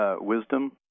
Wisdom